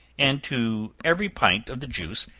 and to every pint of the juice,